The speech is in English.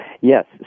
Yes